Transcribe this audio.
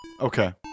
Okay